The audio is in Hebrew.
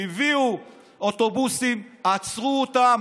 הביאו אוטובוסים, עצרו אותן,